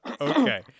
Okay